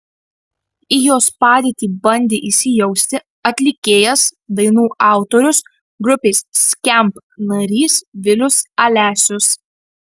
į jos padėtį bandė įsijausti atlikėjas dainų autorius grupės skamp narys vilius alesius